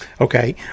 Okay